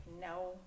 no